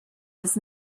his